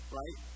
right